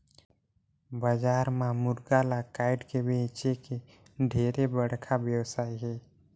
बजार म मुरगा ल कायट के बेंचे के ढेरे बड़खा बेवसाय हे